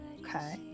Okay